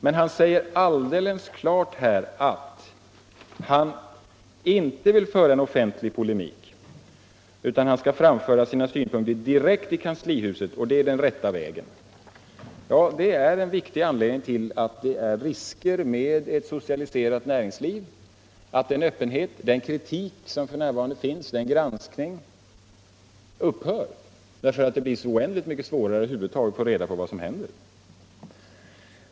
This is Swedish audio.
Men han säger alldeles klart att han inte vill föra en offentlig polemik utan han skall framföra sina synpunkter direkt i kanslihuset och det är den rätta vägen. Det är en viktig anledning till att det finns risker med ett socialiserat näringsliv. Den öppenhet, kritik och granskning som f.n. finns upphör och det blir oändligt mycket svårare att över huvud taget få reda på vad som händer.